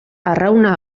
arrauna